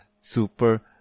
Super